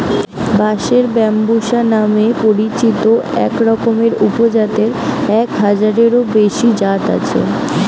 বাঁশের ব্যম্বুসা নামে পরিচিত একরকমের উপজাতের এক হাজারেরও বেশি জাত আছে